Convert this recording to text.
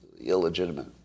illegitimate